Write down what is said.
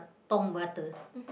tong butter